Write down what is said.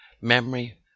memory